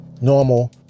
normal